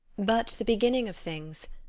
but the beginning of things,